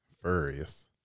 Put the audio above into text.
Furious